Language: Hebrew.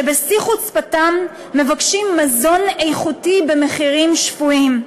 שבשיא חוצפתם מבקשים מזון איכותי במחירים שפויים.